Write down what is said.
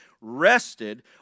rested